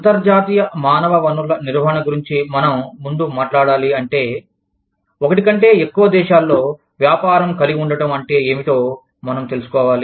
అంతర్జాతీయ మానవ వనరుల నిర్వహణ గురించి మనం ముందు మాట్లాడాలి అంటే ఒకటి కంటే ఎక్కువ దేశాలలో వ్యాపారం కలిగి ఉండడం అంటే ఏమిటో మనం తెలుసుకోవాలి